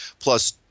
plus